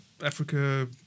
Africa